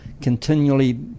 continually